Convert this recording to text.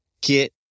get